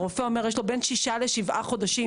והרופא אומר שיש לו בין שישה לשבעה חודשים